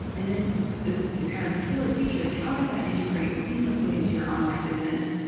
and then the the kind of killer feature is how does that integrate seamlessly into your online business?